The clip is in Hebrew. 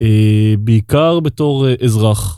בעיקר בתור אזרח.